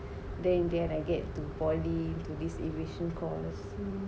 then get I get to poly this aviation course